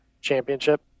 championship